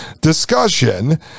discussion